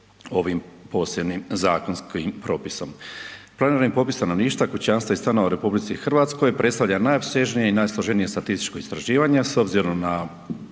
ovim posebnim zakonskim propisom. Planiranim popisom stanovništva, kućanstva i stanova u RH predstavlja najopsežnije i najsloženije statističko istraživanje, a s obzirom na